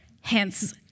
hence